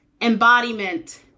embodiment